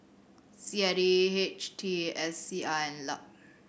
C I D H T S C I and LUP